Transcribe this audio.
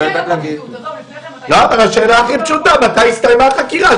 אבל השאלה הכי פשוטה מתי הסתיימה החקירה.